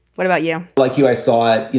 what about you? like you, i saw it, you